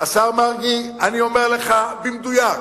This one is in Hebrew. השר מרגי, אני אומר לך במדויק.